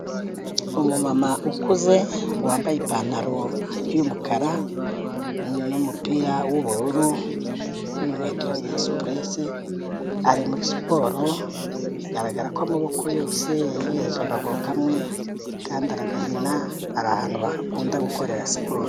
Umumama ukuze wambaye ipantaro y'umukara n'umupira w'ubururu n'inkweto za sipurese, ari muri siporo bigaragara ko amaboko yose yayahereje akaguru kamwe, akandi aragahina, ahantu bakunda gukorera siporo.